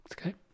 Okay